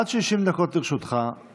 עד 60 דקות לרשותך,